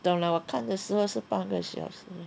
懂 liao 我看的时候是半个小时